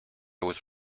was